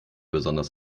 besonders